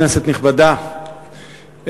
כנסת נכבדה,